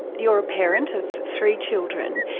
you're a parent of three children.